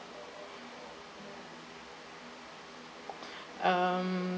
um